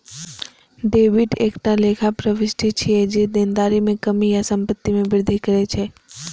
debit एकटा लेखा प्रवृष्टि छियै, जे देनदारी मे कमी या संपत्ति मे वृद्धि करै छै